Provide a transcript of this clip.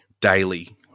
daily